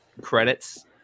credits